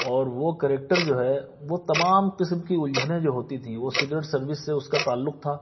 اور وہ کیریکٹر جو ہے وہ تمام قسم کی الجھنیں جو ہوتی تھیں وہ سیکریٹ سروس سے اس کا تعلق تھا